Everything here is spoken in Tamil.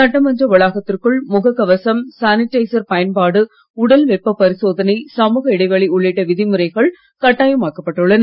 சட்டமன்ற வளாகத்திற்குள் முகக் கவசம் சானிடைசர் பயன்பாடு உடல் வெப்ப பரிசோதனை சமூக இடைவெளி உள்ளிட்ட விதிமுறைகள் கட்டாயமாக்கப் பட்டுள்ளன